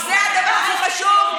זה הדבר הכי חשוב?